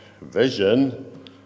vision